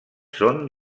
són